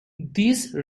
these